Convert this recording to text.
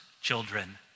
children